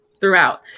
throughout